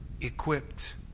equipped